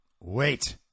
Wait